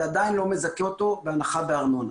זה עדיין לא מזכה אותו בהנחה בארנונה.